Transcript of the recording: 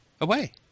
away